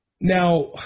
Now